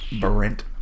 Brent